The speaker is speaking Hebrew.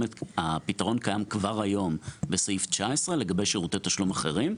הפתרון קיים כבר היום בסעיף 19 לגבי שירותי תשלום אחרים.